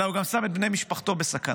אלא הוא גם שם את בני משפחתו בסכנה.